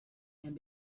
and